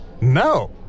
No